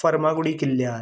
Farmagudi किल्ल्यार